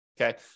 Okay